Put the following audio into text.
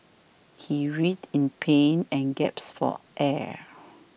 he writhed in pain and gasped for air